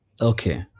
Okay